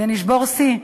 ונשבור שיא,